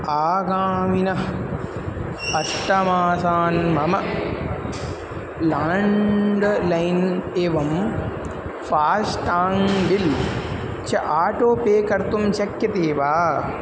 आगामिनः अष्टमासान् मम लाण्ड्लैन् एवं फ़ास्टाङ्ग् बिल् च आटो पे कर्तुं शक्यते वा